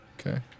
Okay